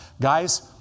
Guys